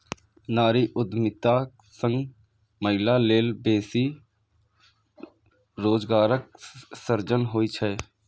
नारी उद्यमिता सं महिला लेल बेसी रोजगारक सृजन होइ छै